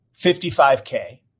55K